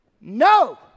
No